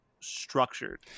structured